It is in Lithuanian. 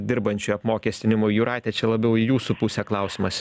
dirbančiųjų apmokestinimu jūrate čia labiau į jūsų pusę klausimas